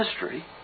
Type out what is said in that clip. history